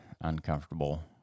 uncomfortable